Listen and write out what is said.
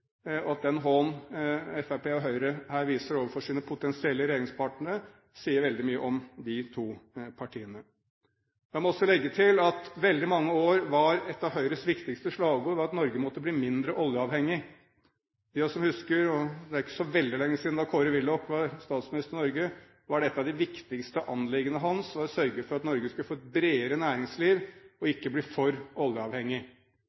og at den hån som Fremskrittspartiet og Høyre her viser overfor sine potensielle regjeringspartnere, sier veldig mye om de to partiene. La meg legge til at i veldig mange år var et av Høyres viktigste slagord at Norge måtte bli mindre oljeavhengig. De av oss som husker – og det er jo ikke så veldig lenge siden – da Kåre Willoch var statsminister i Norge, var et av hans viktigste anliggender å sørge for at Norge skulle få et bredere næringsliv og